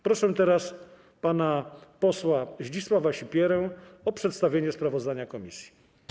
Proszę pana posła Zdzisława Sipierę o przedstawienie sprawozdania komisji.